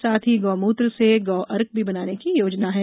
साथ ही गो मूत्र से गो अर्क भी बनाने की योजना है